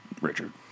Richard